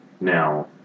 now